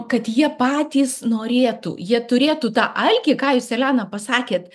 kad jie patys norėtų jie turėtų tą alkį ką jūs elena pasakėt